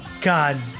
God